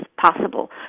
possible